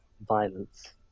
violence